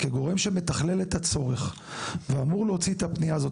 כגורם שמתכלל את הצורך ואמור להוציא את הפנייה הזאת,